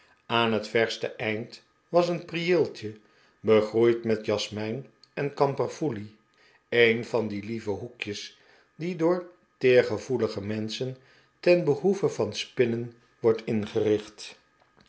aan het verste eind was een prieeltje begroeid met jasmijn en kamperfoelie een van die lieve hoekjes die door teergevoelige menscben ten behoeve van spinnen worden ingericht